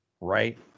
right